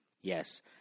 yes